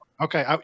Okay